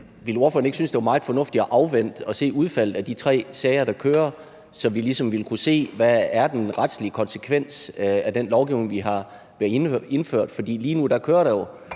at det er meget fornuftigt at afvente udfaldet af de tre sager, der kører, så vi ligesom vil kunne se, hvad den retslige konsekvens af den lovgivning, vi har indført, er? Lige nu kører der jo